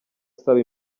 asaba